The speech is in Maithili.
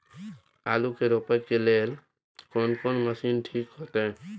आलू के रोपे के लेल कोन कोन मशीन ठीक होते?